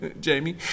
Jamie